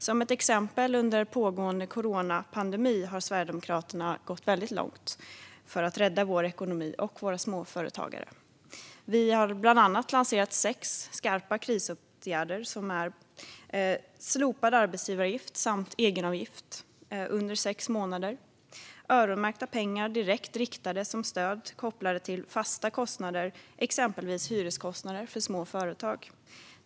Som exempel har Sverigedemokraterna under den pågående coronapandemin gått långt för att rädda Sveriges ekonomi och småföretagare. Vi har bland annat lanserat sex skarpa krisåtgärder, såsom slopad arbetsgivaravgift samt egenavgift under sex månader och öronmärkta pengar direkt riktade som stöd kopplat till fasta kostnader, exempelvis hyreskostnader, för små företag.